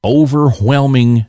overwhelming